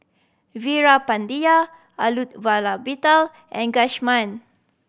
Veerapandiya Elattuvalapil and Ghanshyam